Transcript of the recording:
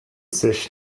sich